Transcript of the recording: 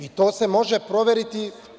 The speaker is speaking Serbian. I to se može proveriti.